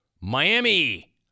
Miami